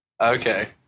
Okay